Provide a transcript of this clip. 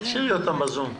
תשאירי אותם בזום.